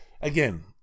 Again